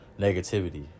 negativity